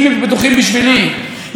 עכשיו, תגידו לי אתם,